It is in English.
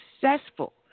successful